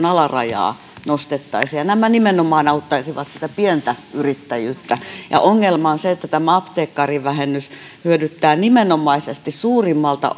alarajaa nostettaisiin nämä nimenomaan auttaisivat sitä pientä yrittäjyyttä ongelma on se että tämä apteekkarivähennys hyödyttää nimenomaisesti suurimmalta